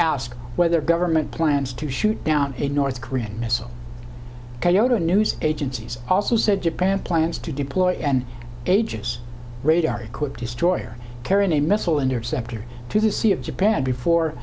asked whether government plans to shoot down a north korean missile go to news agencies also said japan plans to deploy and ages radar equipped destroyer carrying a missile interceptor to the sea of japan